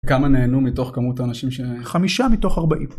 כמה נהנו מתוך כמות האנשים ש...? חמישה מתוך ארבעים.